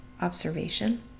observation